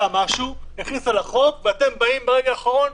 משהו, הכניסה לחוק, ואתם באים ברגע האחרון,